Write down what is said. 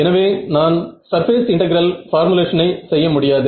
எனவே நான் surface integral பார்முலேஷனை செய்ய முடியாது